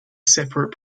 separate